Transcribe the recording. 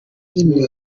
rimwe